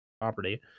property